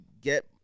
get